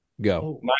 go